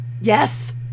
yes